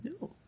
No